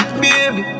baby